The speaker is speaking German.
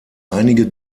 einige